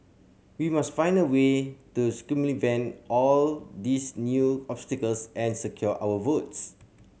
we must find a way to circumvent all these new obstacles and secure our votes